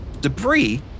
debris